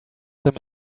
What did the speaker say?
them